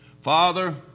Father